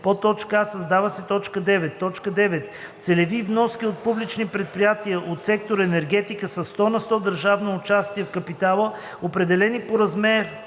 а) създава се т. 9: „9. целеви вноски от публични предприятия от сектор енергетика със 100 на сто държавно участие в капитала, определени по размер